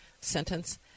sentence